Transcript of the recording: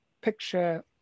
picture